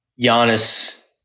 Giannis